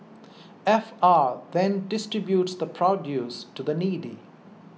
F R then distributes the produce to the needy